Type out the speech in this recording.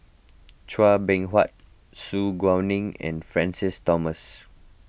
Chua Beng Huat Su Guaning and Francis Thomas